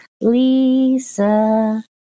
Lisa